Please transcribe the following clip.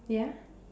ya